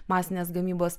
masinės gamybos